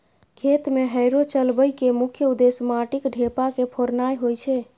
खेत मे हैरो चलबै के मुख्य उद्देश्य माटिक ढेपा के फोड़नाय होइ छै